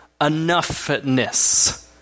enoughness